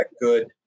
good